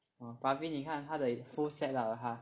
我给你看他的 full set up uh 他